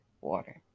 water